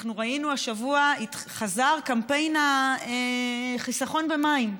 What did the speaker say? אנחנו ראינו השבוע שחזר קמפיין החיסכון במים.